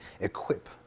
equip